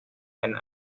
and